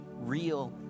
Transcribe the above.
real